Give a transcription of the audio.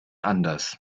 anders